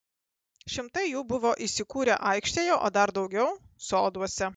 šimtai jų buvo įsikūrę aikštėje o dar daugiau soduose